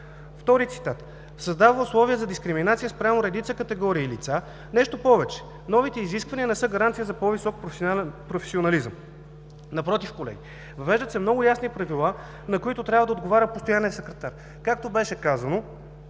Втори цитат: „създава условия за дискриминация спрямо редица категории лица“. Нещо повече, новите изисквания не са гаранция за по-висок професионализъм. Напротив, колеги, въвеждат се много ясни правила, на които трябва да отговаря постоянният секретар. Както беше казано,